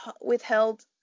withheld